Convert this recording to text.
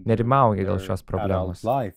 nerimauja dėl šios problemos